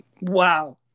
Wow